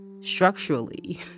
structurally